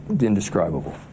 indescribable